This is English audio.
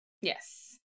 yes